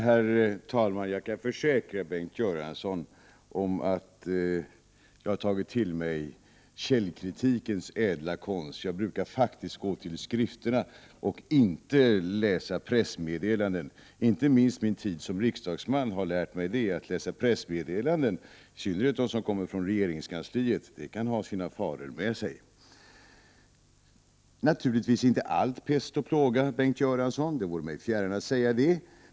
Herr talman! Jag kan försäkra Bengt Göransson att jag har tagit till mig källkritikens ädla konst. Jag brukar faktiskt gå till skrifterna och inte läsa pressmeddelanden. Inte minst min tid som riksdagsman har lärt mig att detta att läsa pressmeddelanden, i synnerhet dem som kommer från regeringskansliet, kan ha sina risker. Naturligtvis är inte allt pest och plåga, Bengt Göransson, det vore mig fjärran att påstå det.